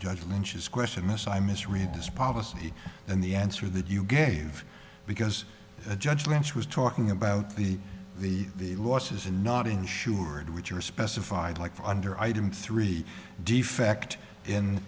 judge lynch's question miss i misread this policy and the answer that you gave because a judge when she was talking about the the the losses in not insured which are specified like under item three defect in